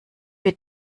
wir